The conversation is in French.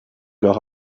leur